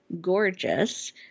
gorgeous